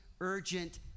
urgent